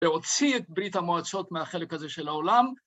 להוציא את ברית המועצות מהחלק הזה של העולם.